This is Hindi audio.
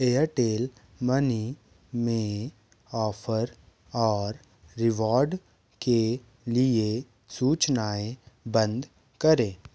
एयरटेल मनी में ऑफर और रिवॉर्ड के लिए सूचनाएँ बंद करें